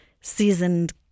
seasoned